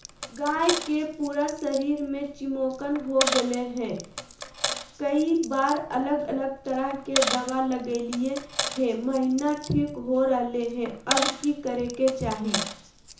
गाय के पूरा शरीर में चिमोकन हो गेलै है, कई बार अलग अलग तरह के दवा ल्गैलिए है महिना ठीक हो रहले है, अब की करे के चाही?